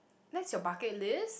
that's your bucket list